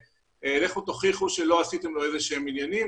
לכו תוכיחו שלא עשיתם לו איזה שהם עניינים.